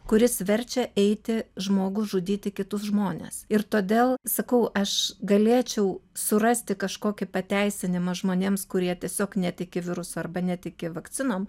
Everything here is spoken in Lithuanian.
kuris verčia eiti žmogų žudyti kitus žmones ir todėl sakau aš galėčiau surasti kažkokį pateisinimą žmonėms kurie tiesiog netiki virusu arba netiki vakcinom